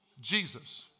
Jesus